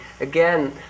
again